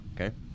okay